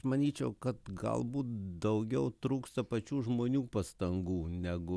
manyčiau kad galbūt daugiau trūksta pačių žmonių pastangų negu